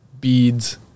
beads